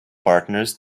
partners